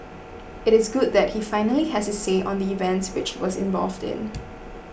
it is good that he finally has his say on the events which he was involved in